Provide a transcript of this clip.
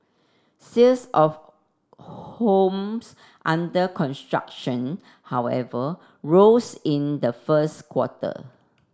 sales of homes under construction however rose in the first quarter